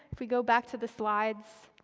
if we go back to the slides,